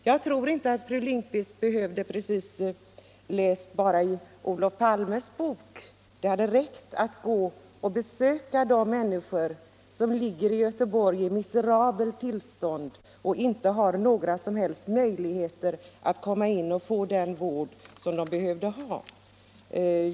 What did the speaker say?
Jag tror inte att fru Lindquist precis behövde ha läst Olof Palmes bok, det hade räckt att gå och besöka de människor som ligger i sina hem i Göteborg i miserabelt tillstånd och inte har några som helst möjligheter att komma in och få den vård de behövde ha.